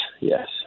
yes